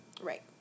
Right